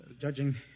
Judging